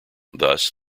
thus